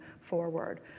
forward